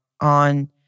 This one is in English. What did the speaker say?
on